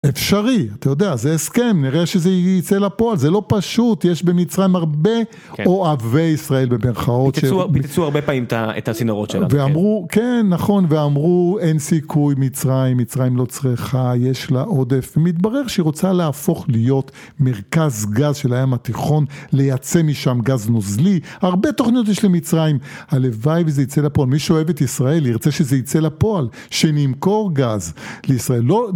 אפשרי, אתה יודע, זה הסכם, נראה שזה יצא לפועל, זה לא פשוט, יש במצרים הרבה "אוהבי ישראל" של... פיצצו הרבה פעמים את הצינורות שם. ואמרו, כן, נכון, ואמרו אין סיכוי, מצרים, מצרים לא צריכה, יש לה עודף, ומתברר שהיא רוצה להפוך להיות מרכז גז של הים התיכון, לייצא משם גז נוזלי. הרבה תוכניות יש למצרים, הלוואי וזה יצא לפועל, מי שאוהב את ישראל, ירצה שזה יצא לפועל, שנמכור גז לישראל.